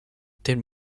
tels